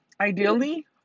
ideally